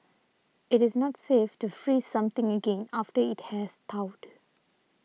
it is not safe to freeze something again after it has thawed